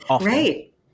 Right